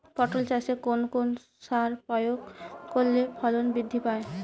পটল চাষে কোন কোন সার প্রয়োগ করলে ফলন বৃদ্ধি পায়?